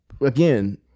again